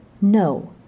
No